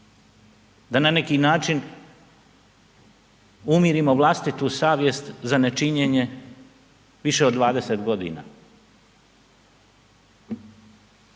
da na neki način umirimo vlastitu savjest za nečinjenje više od 20.g.?